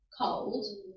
cold